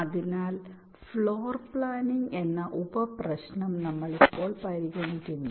അതിനാൽ floor planning എന്ന അടുത്ത ഉപപ്രശ്നം നമ്മൾ ഇപ്പോൾ പരിഗണിക്കുന്നു